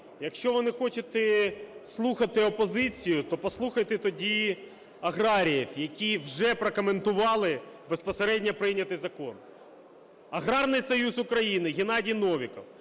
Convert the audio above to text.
якщо ви не хочете слухати опозицію, то послухайте тоді аграріїв, які вже прокоментували безпосередньо прийнятий закон. Аграрний союз України, Геннадій Новіков.